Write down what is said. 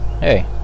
Hey